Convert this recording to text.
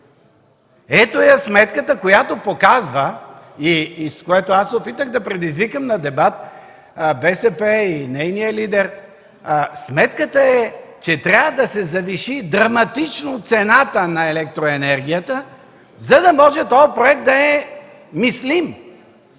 Ето я сметката, която показва, и с което аз се опитах да предизвикам на дебат БСП и нейния лидер – сметката е, че трябва да се завиши драматично цената на електроенергията, за да може този проект да е мислим.